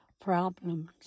problems